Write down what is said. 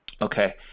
Okay